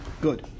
Good